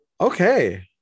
okay